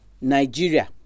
Nigeria